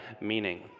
meaning